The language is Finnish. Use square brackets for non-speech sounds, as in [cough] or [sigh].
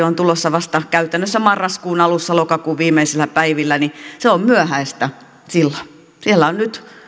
[unintelligible] on tulossa vasta käytännössä marraskuun alussa lokakuun viimeisillä päivillä se on myöhäistä silloin siellä ovat nyt